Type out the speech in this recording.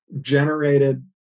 generated